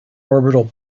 orbital